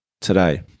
today